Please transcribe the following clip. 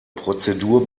prozedur